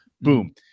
Boom